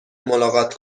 ملاقات